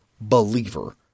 believer